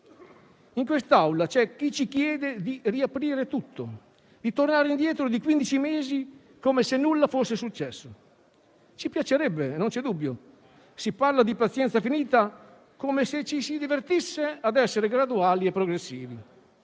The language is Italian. In quest'Aula c'è chi ci chiede di riaprire tutto, di tornare indietro di quindici mesi come se nulla fosse successo. Ci piacerebbe, non c'è dubbio. Si parla di pazienza finita come se ci si divertisse ad essere graduali e progressivi.